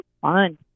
fun